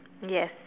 yes